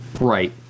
Right